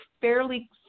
fairly